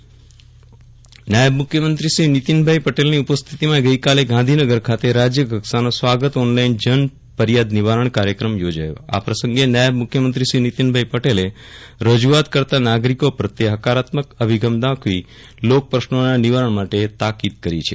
રાજયકક્ષા સ્વાગત ઓનલાઈન નાયબ મુખ્યમંત્રી શ્રી નીતિનભાઇ પટેલની ઉપસ્થિતિમાં આજે ગાંધીનગર ખાતે રાજ્ય કક્ષાનો સ્વાગત ઓનલાઇન જન કરિયાદ નિવારક્ષ કાર્યક્રમ યોજાયો આ પ્રસંગે નાયબ મુખ્યમંત્રી શ્રી નીતિનભાઇ પટેલે રજુઆત કર્તા નાગરિકો પ્રત્યે હકારાત્મક અભિગમ દાખવી લોકપ્રશ્રોના નિવારણ માટે તાકીદ કરી છે